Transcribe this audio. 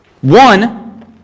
One